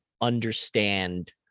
understand